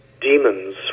demons